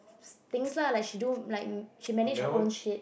things lah like she don't like she manage her own shit